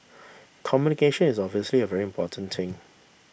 communication is obviously a very important thing